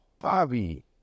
Bobby